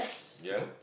ya